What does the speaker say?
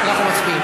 אנחנו מצביעים.